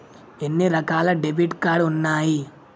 ఎన్ని రకాల debit card ఉన్నాయి?